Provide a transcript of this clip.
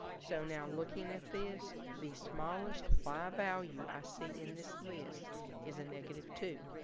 so now looking at this the smallest y value i see in this list is a negative two,